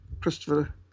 Christopher